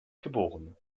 geb